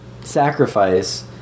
sacrifice